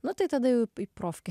nu tai tada jau į į profkę